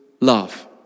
love